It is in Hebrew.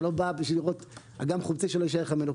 אתה לא בא בשביל לראות אגם חומצי שלא יישאר לך כלום ממנו.